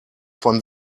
von